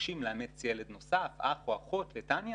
מבקשים לאמץ ילד נוסף, אח או אחות לטניה,